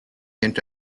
into